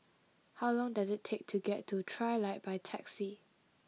how long does it take to get to Trilight by taxi